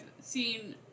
seen